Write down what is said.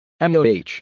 MoH